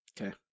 Okay